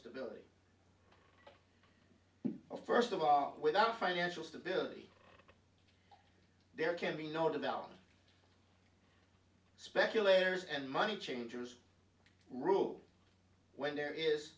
stability of first of our without financial stability there can be no development speculators and money changers rule when there is